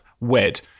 wed